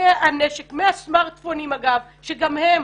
הנשק הסמרטפונים שגם הם,